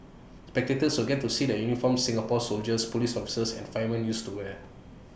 spectators will get to see the uniforms Singapore's soldiers Police officers and firemen used to wear